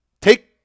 take